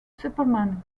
superman